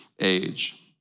age